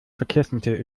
verkehrsmittel